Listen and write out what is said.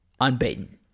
unbeaten